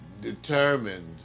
determined